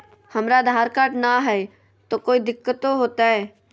हमरा आधार कार्ड न हय, तो कोइ दिकतो हो तय?